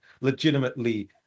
Legitimately